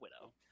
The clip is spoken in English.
Widow